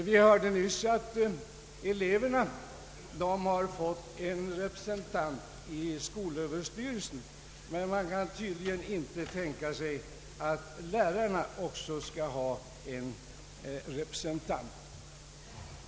Vi hörde nyss att eleverna har fått en representant i skolöverstyrelsen, men man kan tydligen inte tänka sig att också lärarna skall ha en representant.